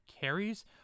carries